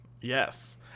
Yes